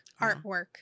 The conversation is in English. Artwork